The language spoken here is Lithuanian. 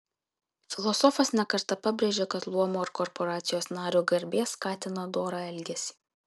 filosofas ne kartą pabrėžia kad luomo ar korporacijos nario garbė skatina dorą elgesį